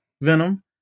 venom